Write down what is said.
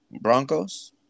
Broncos